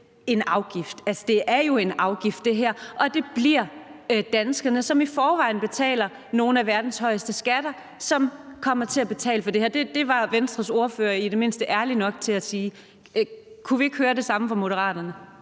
en afgift. Altså, det her er jo en afgift, og det bliver danskerne, som i forvejen betaler nogle af verdens højeste skatter, som kommer til at betale for det her. Det var Venstres ordfører i det mindste ærlig nok til at sige. Kunne vi ikke høre det samme fra Moderaterne?